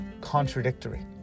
contradictory